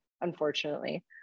unfortunately